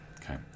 Okay